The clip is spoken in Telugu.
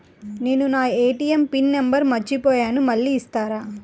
నేను నా ఏ.టీ.ఎం పిన్ నంబర్ మర్చిపోయాను మళ్ళీ ఇస్తారా?